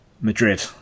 Madrid